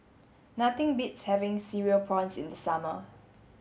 nothing beats having cereal prawns in the summer